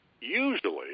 usually